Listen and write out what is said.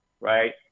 right